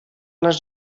les